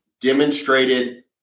demonstrated